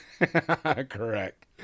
Correct